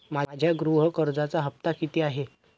माझ्या गृह कर्जाचा हफ्ता किती आहे?